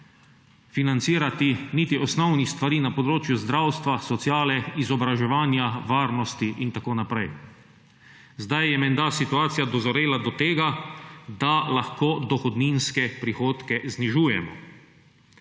financirati niti osnovnih stvari na področju zdravstva, sociale, izobraževanja, varnosti in tako naprej. Zdaj je menda situacija dozorela do tega, da lahko dohodninske prihodke znižujemo.